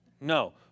No